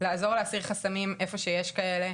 לעזור להסיר חסמים איפה שיש כאלה,